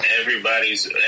Everybody's